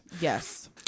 Yes